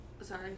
Sorry